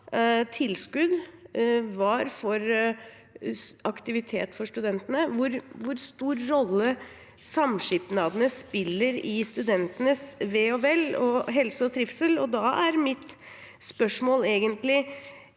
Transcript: små tilskudd var for aktivitet for studentene, og hvor stor rolle samskipnadene spiller i studentenes ve og vel, helse og trivsel. Da er mitt spørsmål egentlig: